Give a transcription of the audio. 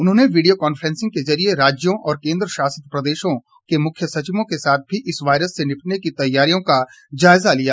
उन्होंने video conferencing के जरिए राज्यों और केंद्रशासित प्रदेशों के मुख्य सचिवों के साथ भी इस वायरस से निपटने की तैयारियों का जायजा लिया